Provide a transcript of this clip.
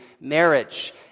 marriage